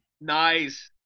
Nice